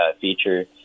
feature